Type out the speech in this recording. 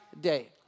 day